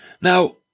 Now